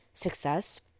success